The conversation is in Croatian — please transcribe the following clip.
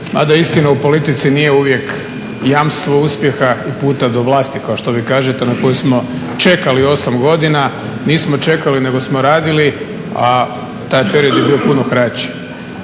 mada istina u politici nije uvijek jamstvo uspjeha i puta do vlasti kao što vi kažete na koju smo čekali 8 godina. Nismo čekali nego smo radili, a taj period je bio puno kraći.